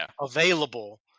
available